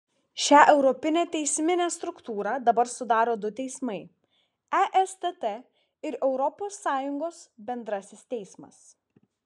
šią europinę teisminę struktūrą dabar sudaro du teismai estt ir europos sąjungos bendrasis teismas